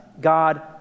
God